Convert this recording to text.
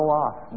off